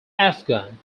afghan